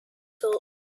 thoughts